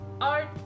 art